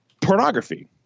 pornography